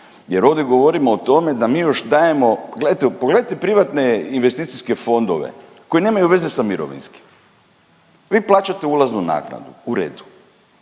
jer ovdje govorimo o tome da mi još dajemo, gledajte, pogledajte privatne investicijske fondove koji nemaju veze sa mirovinskim. Vi plaćate ulaznu naknadu, u redu,